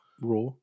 Raw